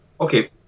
Okay